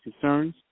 concerns